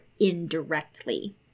indirectly